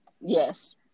Yes